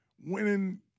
winning